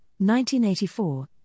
1984